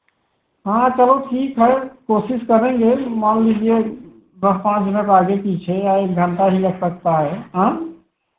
हाँ चलो ठीक है कोशिश करेंगे मान लीजिए दस पाँच मिनट आगे पीछे या एक घण्टा भी लग सकता है हाँ